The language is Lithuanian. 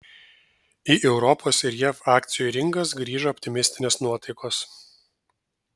į europos ir jav akcijų rinkas grįžo optimistinės nuotaikos